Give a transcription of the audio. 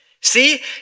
See